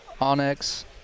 Onyx